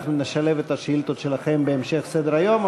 נשלב את השאילתות שלכם בהמשך סדר-היום,